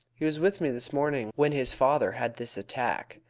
he was with me this morning when his father had this attack.